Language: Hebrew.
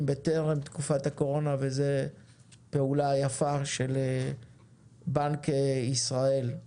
בטרם תקופת הקורונה וזה פעולה יפה של בנק ישראל.